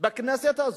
בכנסת הזאת,